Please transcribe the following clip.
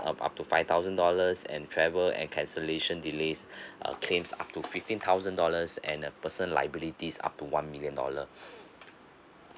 um up to five thousand dollars and travel and cancellation delays uh claims up to fifteen thousand dollars and uh personal liabilities up to one million dollar